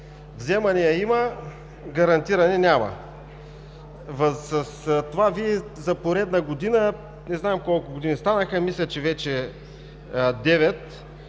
Вземания има, гарантиране няма. За поредна година – не знам колко години станаха, мисля, че вече